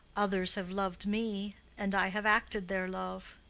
others have loved me and i have acted their love.